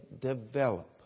develop